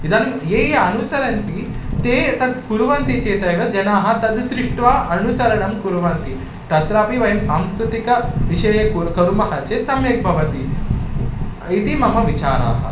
इदानीं ये ये अनुसरन्ति ते तत् कुर्वन्ति चेदेव जनाः तद् दृष्ट्वा अनुसरणं कुर्वन्ति तत्रापि वयं सांस्कृतिकविषये कुर्मः कुर्मः चेत् सम्यक् भवति इति मम विचाराः